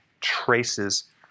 traces